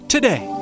Today